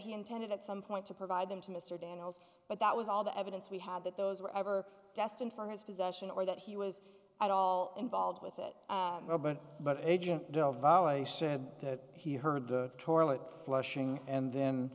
he intended at some point to provide them to mr daniels but that was all the evidence we had that those were ever destined for his possession or that he was at all involved with it but agent don't vowing said that he heard the toilet flushing and then